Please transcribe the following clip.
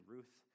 Ruth